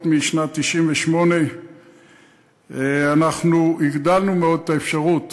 משנת 1998. אנחנו הגדלנו מאוד את האפשרות